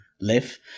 live